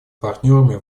партнерами